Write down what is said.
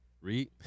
Read